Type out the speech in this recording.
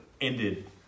ended